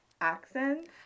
accents